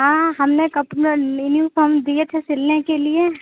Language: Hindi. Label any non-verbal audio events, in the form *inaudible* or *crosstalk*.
हाँ हमने कपड़े *unintelligible* हम दिए थे सिलने के लिए